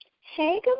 hey